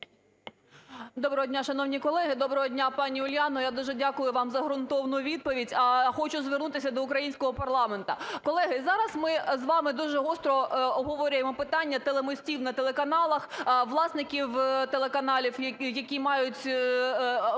Доброго дня, шановні колеги. Доброго дня, пані Уляна. Я дуже дякую Вам за ґрунтовну відповідь. Хочу звернутися до українського парламенту. Колеги, зараз ми з вами дуже гостро обговорюємо питання телемостів на телеканалах, власників телеканалів, які мають